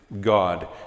God